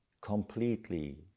completely